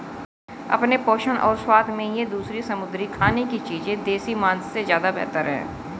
अपने पोषण और स्वाद में ये दूसरी समुद्री खाने की चीजें देसी मांस से ज्यादा बेहतर है